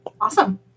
Awesome